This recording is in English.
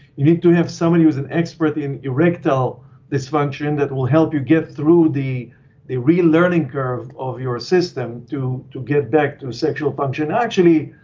you need to have somebody who is an expert in erectile dysfunction that will help you get through the the real learning curve of your system to to get back to a sexual function. actually,